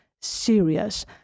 serious